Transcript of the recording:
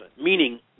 meaning